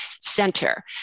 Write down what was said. center